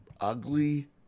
ugly